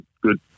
good